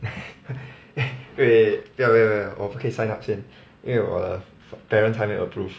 wait 不要不要不要我不可以 sign up 先因为我的 parents 还没有 approve